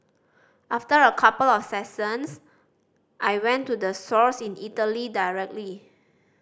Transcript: after a couple of I went to the source in Italy directly